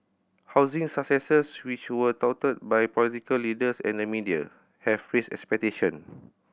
housing successes which were touted by political leaders and the media have raised expectation